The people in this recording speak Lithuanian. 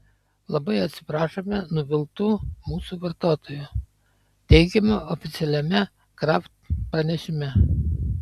labai atsiprašome nuviltų mūsų vartotojų teigiama oficialiame kraft pranešime